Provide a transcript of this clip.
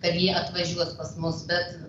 ar jie atvažiuos pas mus bet